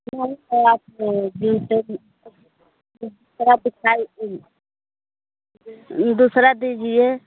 तो वही तो आपसे जूते में दूसरा दिखाई दूसरा दीजिए